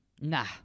Nah